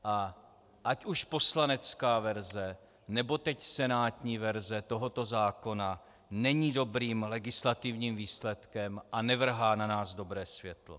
A ať už poslanecká verze, nebo teď senátní verze tohoto zákona není dobrým legislativním výsledkem a nevrhá na nás dobré světlo.